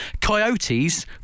Coyotes